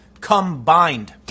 combined